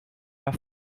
her